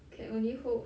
can only hope